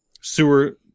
sewer